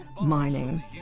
mining